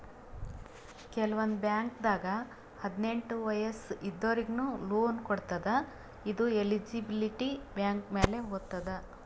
ಕೆಲವಂದ್ ಬಾಂಕ್ದಾಗ್ ಹದ್ನೆಂಟ್ ವಯಸ್ಸ್ ಇದ್ದೋರಿಗ್ನು ಲೋನ್ ಕೊಡ್ತದ್ ಇದು ಎಲಿಜಿಬಿಲಿಟಿ ಬ್ಯಾಂಕ್ ಮ್ಯಾಲ್ ಹೊತದ್